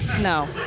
No